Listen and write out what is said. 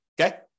Okay